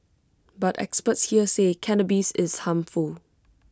but experts here say cannabis is harmful